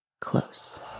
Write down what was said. close